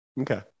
Okay